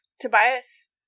Tobias